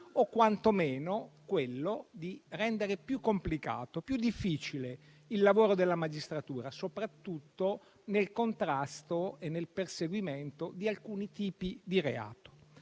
o quantomeno quello di rendere più complicato, più difficile il lavoro della magistratura, soprattutto nel contrasto e nel perseguimento di alcuni tipi di reati.